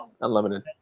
unlimited